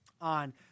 On